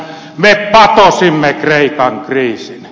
me patosimme kreikan kriisin